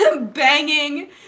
banging